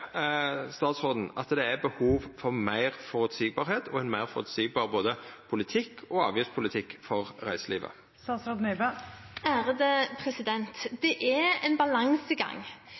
statsråden at det er behov for meir føreseielegheit for reiselivet, både ein meir føreseieleg politikk og avgiftspolitikk? Det er en balansegang